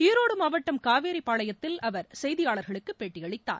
ஈரோடு மாவட்டம் காவேரிபாளையத்தில் அவர் செய்தியாளர்களுக்கு பேட்டி அளித்தார்